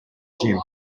gym